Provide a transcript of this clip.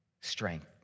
strength